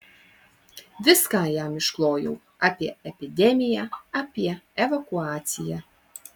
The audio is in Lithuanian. viską jam išklojau apie epidemiją apie evakuaciją